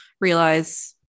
realize